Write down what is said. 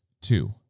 Two